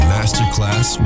Masterclass